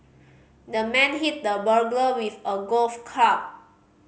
the man hit the burglar with a golf club